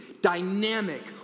dynamic